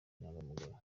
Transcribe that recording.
inyangamugayo